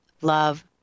Love